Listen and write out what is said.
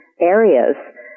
areas